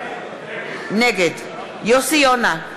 נגד יוסי יונה,